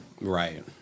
right